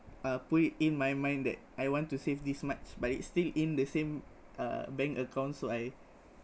uh put it in my mind that I want to save this much but it's still in the same uh bank account so I